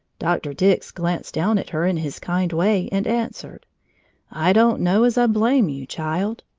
doctor dix glanced down at her in his kind way and answered i don't know as i blame you, child!